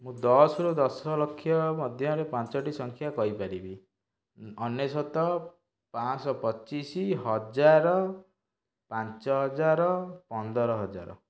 ମୁଁ ଦଶରୁ ଦଶ ଲକ୍ଷ ମଧ୍ୟରେ ପାଞ୍ଚଟି ସଂଖ୍ୟା କହିପାରିବି ଅନେଶୋତ ପାଞ୍ଚଶହ ପଚିଶ ହଜାର ପାଞ୍ଚ ହଜାର ପନ୍ଦର ହଜାର